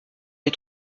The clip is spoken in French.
les